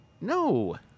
No